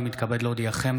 אני מתכבד להודיעכם,